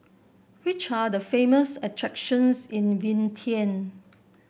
which are the famous attractions in Vientiane